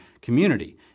community